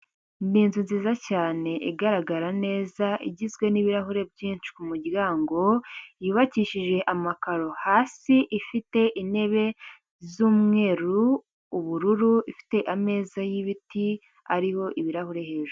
Ni inzu nziza cyane igaragara neza igizwe n'ibirahure byinshi ku muryango yubakishije amakaro hasi ifite intebe z'umweru, ubururu ifite ameza y'ibiti ariho ibirahuri hejuru.